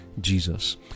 Jesus